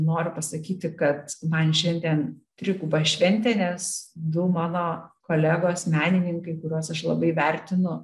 noriu pasakyti kad man šiandien triguba šventė nes du mano kolegos menininkai kuriuos aš labai vertinu